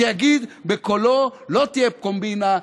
שיגיד בקולו: לא תהיה קומבינה,